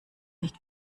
nicht